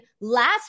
last